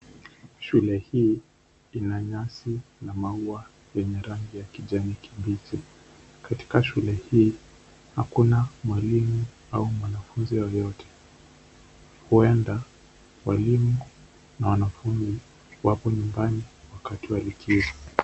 Shule hii ina maua na nyasi ya kijani kibichi. Katika shule hii, hakuna mwalimu au mwanafunzi yeyote. Huenda walimu na wanafunzi wako nyumbani wakati wa likizo.